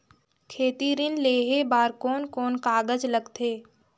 खेती ऋण लेहे बार कोन कोन कागज लगथे?